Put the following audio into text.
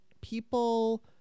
people